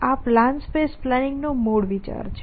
આ plan space planning નો મૂળ વિચાર છે